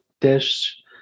dish